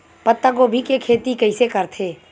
पत्तागोभी के खेती कइसे करथे?